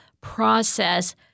process